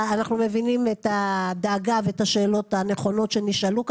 אנחנו מבינים את הדאגה ואת השאלות הנכונות שנשאלו כאן.